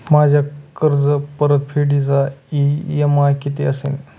माझ्या कर्जपरतफेडीचा इ.एम.आय किती असेल?